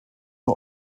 nur